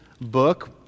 book